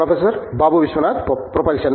professor Babu Vishwanath propulsion